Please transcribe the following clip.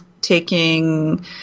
taking